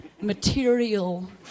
material